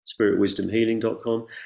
spiritwisdomhealing.com